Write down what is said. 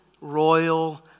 royal